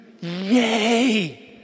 Yay